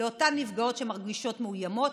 לאותן נפגעות שמרגישות מאוימות,